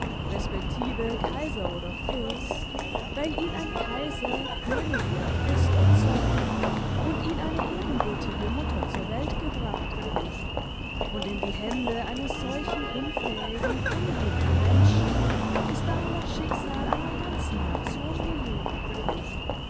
resp kaiser oder fürst weil ihn ein kaiser könig oder fürst erzeugt und ihn eine ebenbürtige mutter zur welt gebracht hat und in die hände eines solchen unfähigen unguten menschen ist dann das schicksal einer ganzen nation gelegt